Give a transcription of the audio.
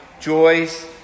joys